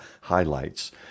highlights